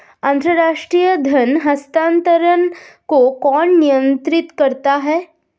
अंतर्राष्ट्रीय धन हस्तांतरण को कौन नियंत्रित करता है?